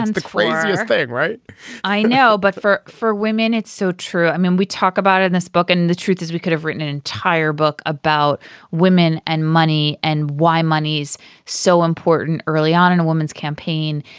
and the craziest thing right i know but for four women it's so true. i mean we talk about in this book and and the truth is we could have written an entire book about women and money and why money's so important early on in a woman's campaign.